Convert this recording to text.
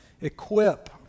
equip